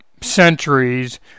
centuries